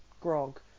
grog